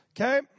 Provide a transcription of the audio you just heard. Okay